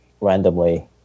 randomly